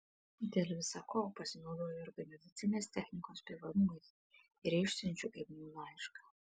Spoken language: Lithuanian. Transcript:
dėl visa ko pasinaudoju organizacinės technikos privalumais ir išsiunčiu ignui laišką